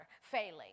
failing